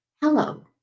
hello